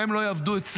ואם הם לא יעבדו אצלה,